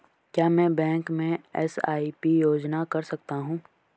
क्या मैं बैंक में एस.आई.पी योजना कर सकता हूँ?